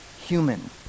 human